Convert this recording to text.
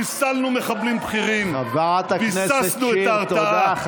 חיסלנו מחבלים בכירים, חברת הכנסת שיר, תודה.